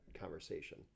conversation